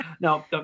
now